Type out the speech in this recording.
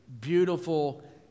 beautiful